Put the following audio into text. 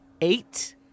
Eight